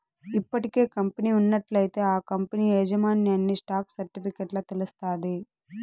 ఇప్పటికే కంపెనీ ఉన్నట్లయితే ఆ కంపనీ యాజమాన్యన్ని స్టాక్ సర్టిఫికెట్ల తెలస్తాది